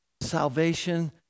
salvation